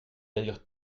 d’ailleurs